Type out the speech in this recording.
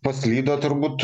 paslydo turbūt